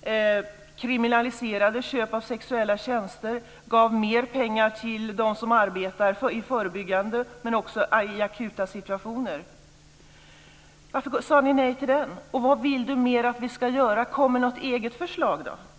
och kriminaliserade köp av sexuella tjänster. Den gav mer pengar till dem som arbetar i förebyggande syfte, men också i akuta situationer. Varför sade ni nej till den? Och vad vill Kent Olsson mer att vi ska göra? Kom med något eget förslag!